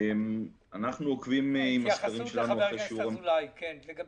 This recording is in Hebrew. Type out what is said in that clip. אנחנו עוקבים גם אחרי